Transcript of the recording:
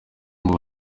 ngo